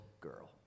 girl